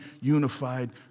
unified